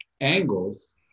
angles